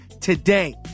today